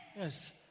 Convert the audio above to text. Yes